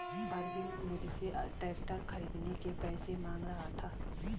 अरविंद मुझसे ट्रैक्टर खरीदने के पैसे मांग रहा था